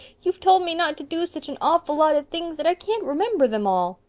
you've told me not to do such an awful lot of things that i can't remember them all.